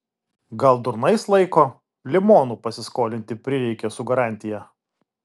gal durnais laiko limonų pasiskolinti prireikė su garantija